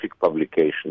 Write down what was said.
publications